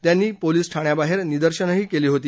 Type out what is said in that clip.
त्यांनी पोलिस ठाण्याबाहेर निदर्शनही केली होती